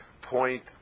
point